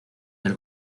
del